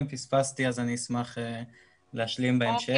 אם פספסתי אז אני אשמח להשלים בהמשך.